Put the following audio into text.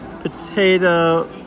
potato